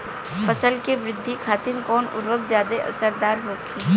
फसल के वृद्धि खातिन कवन उर्वरक ज्यादा असरदार होखि?